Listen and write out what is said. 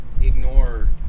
ignore